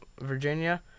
virginia